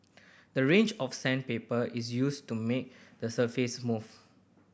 the range of sandpaper is used to make the surface smooth